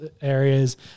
areas